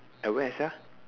at where sia